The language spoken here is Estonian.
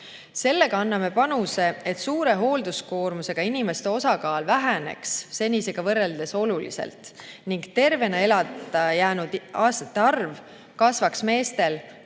Sellega anname panuse, et suure hoolduskoormusega inimeste osakaal väheneks senisega võrreldes oluliselt ning tervena elatud aastate arv kasvaks meestel 63 ning